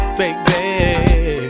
baby